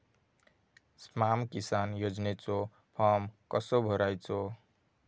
स्माम किसान योजनेचो फॉर्म कसो भरायचो?